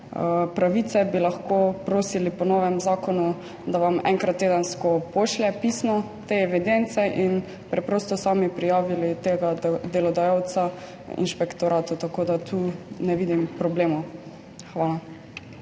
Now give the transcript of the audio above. pravice, bi lahko po novem zakonu prosili, da vam enkrat tedensko pisno pošlje te evidence in preprosto sami prijavili tega delodajalca inšpektoratu, tako da tu ne vidim problemov. Hvala.